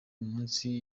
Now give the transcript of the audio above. munsi